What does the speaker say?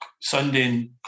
Sunday